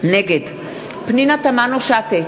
נגד פנינה תמנו-שטה,